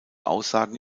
aussagen